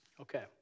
Okay